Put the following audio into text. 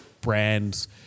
brands